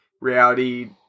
reality